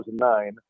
2009